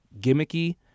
gimmicky